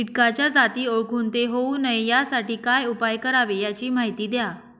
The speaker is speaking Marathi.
किटकाच्या जाती ओळखून ते होऊ नये यासाठी काय उपाय करावे याची माहिती द्या